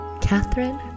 Catherine